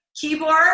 keyboard